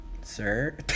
Sir